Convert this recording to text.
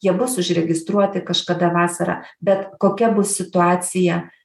jie bus užregistruoti kažkada vasarą bet kokia bus situacija